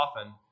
often